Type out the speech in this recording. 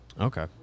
okay